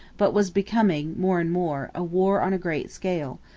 but was becoming, more and more, a war on a great scale,